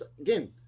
again